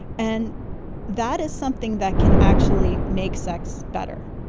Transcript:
and that is something that can actually make sex better.